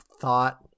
thought